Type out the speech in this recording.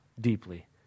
deeply